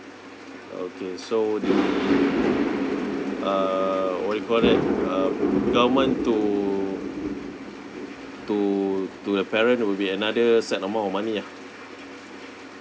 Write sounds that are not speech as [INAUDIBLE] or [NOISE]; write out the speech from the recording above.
okay so the [NOISE] err what you call that uh government to to to the parent will be another set amount of money ah